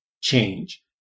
Change